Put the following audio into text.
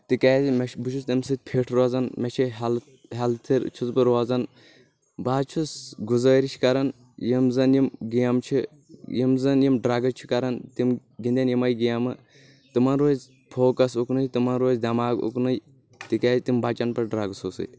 تِکیازِ مےٚ چھُ بہٕ چھُس تمہِ سۭتۍ فٹ روزان مےٚ چھِ ہیٚلتھ ہیٚلتھہٕ چھُس بہٕ روزان بہٕ حظ چھُس گُزٲرِش کران یِم زن یِم گیمہٕ چھِ یِم زن یِم ڈرگس چھِ کران تِم گنٛدَن یِمے گیمہٕ تِمن روزِ فوکس اُکنے تِمن روزِ دٮ۪ماغ اُکنی تِکیاز تِم بچن پتہ ڈرگسو سۭتۍ